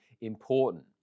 important